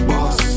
Boss